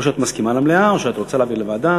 או שאת מסכימה למליאה או שאת רוצה להעביר לוועדה,